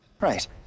Right